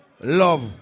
love